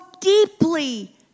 deeply